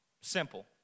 Simple